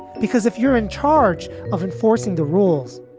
because if you're in charge of enforcing the rules,